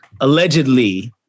allegedly